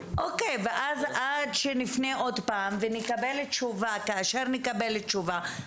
עד שנפנה עוד פעם ונקבל תשובה, כאשר נקבל תשובה.